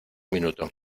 minuto